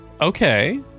Okay